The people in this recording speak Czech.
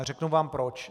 Řeknu vám proč.